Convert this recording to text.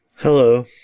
Hello